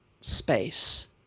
space